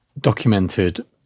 documented